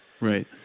Right